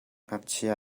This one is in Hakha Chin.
ngakchia